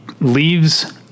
leaves